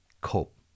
cope